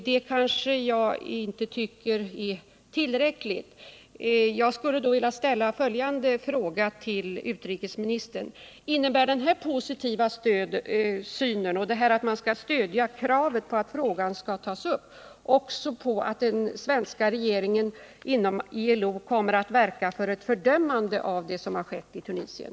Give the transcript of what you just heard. Detta är enligt min mening inte tillräckligt, utan jag skulle vilja ställa följande fråga till utrikesministern: Innebär den positiva synen på de frågor som här har aktualiserats och uttalandet att man skall stödja kravet på att frågan tas upp i styrelsen också att den svenska regeringen kommer att verka inom ILO för ett fördömande av det som skett i Tunisien?